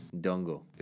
Dongo